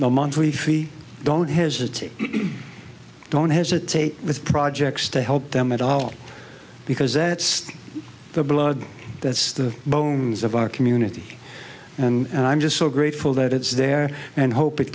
monthly free don't hesitate don't hesitate with projects to help them at all because that's the blood that's the bones of our community and i'm just so grateful that it's there and hope it